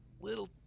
little